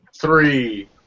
three